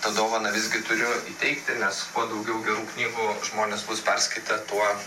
tą dovaną visgi turiu įteikti nes kuo daugiau gerų knygų žmonės bus perskaitę tuo